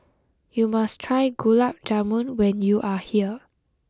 you must try Gulab Jamun when you are here